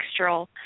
textural